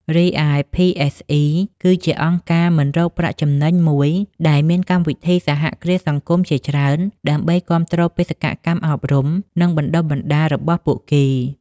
រីឯ ភី អេស អុី គឺជាអង្គការមិនរកប្រាក់ចំណេញមួយដែលមានកម្មវិធីសហគ្រាសសង្គមជាច្រើន ដើម្បីគាំទ្របេសកកម្មអប់រំ និងបណ្តុះបណ្តាលរបស់ពួកគេ ។